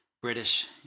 British